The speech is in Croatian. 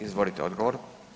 Izvolite odgovor.